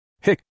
Hick